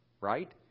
right